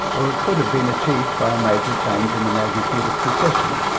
or it could have been achieved by a major change in the magnitude of precession.